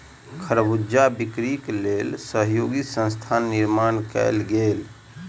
खरबूजा बिक्री के लेल सहयोगी संस्थानक निर्माण कयल गेल